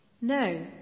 No